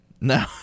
No